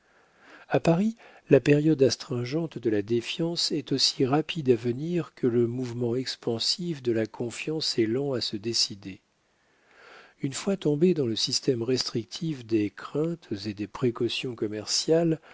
a paris la période astringente de la défiance est aussi rapide à venir que le mouvement expansif de la confiance est lent à se décider une fois tombé dans le système restrictif des craintes et des précautions commerciales